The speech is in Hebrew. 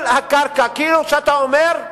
כל הקרקע, כאילו שאתה אומר: